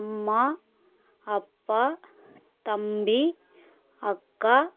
அம்மா அப்பா தம்பி அக்கா